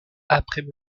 après